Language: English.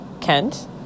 Kent